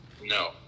No